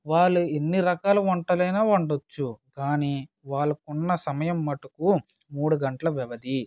వాళ్ళు ఎన్ని రకాల వంటలైనా వండచ్చు కాని వాళ్ళకున్న సమయం మట్టుకు మూడు గంటల వ్యవధి